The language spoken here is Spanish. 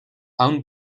aún